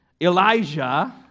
Elijah